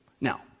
Now